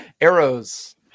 arrows